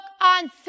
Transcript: on